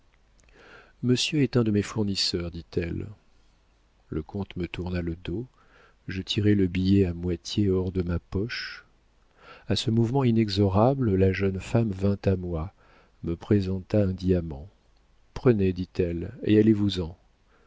monsieur est un de mes fournisseurs dit-elle le comte me tourna le dos je tirai le billet à moitié hors de ma poche a ce mouvement inexorable la jeune femme vint à moi me présenta un diamant prenez dit-elle et allez-vous-en